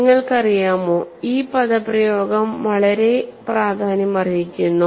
നിങ്ങൾക്കറിയാമോ ഈ പദപ്രയോഗം വളരെ പ്രാധാന്യമർഹിക്കുന്നു